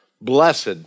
Blessed